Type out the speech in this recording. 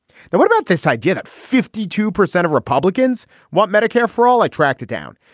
but what about this idea that fifty two percent of republicans want medicare for all i tracked it down.